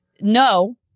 No